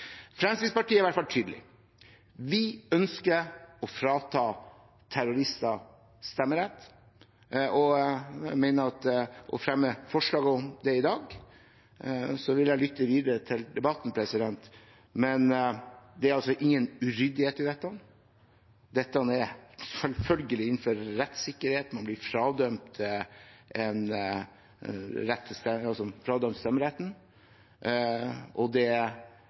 Fremskrittspartiet er i hvert fall tydelig: Vi ønsker å frata terrorister stemmerett og fremmer forslag om det i dag. Så vil jeg lytte videre til debatten, men det er ingen uryddighet i dette: Det er selvfølgelig innenfor rettsikkerheten å bli fradømt